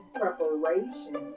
preparation